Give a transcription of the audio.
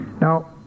Now